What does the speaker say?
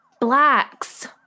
Blacks